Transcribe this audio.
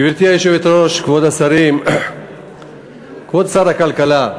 גברתי היושבת-ראש, כבוד השרים, כבוד שר הכלכלה,